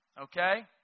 Okay